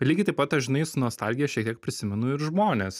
lygiai taip pat aš žinai su nostalgija šiek tiek prisimenu ir žmonės